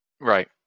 Right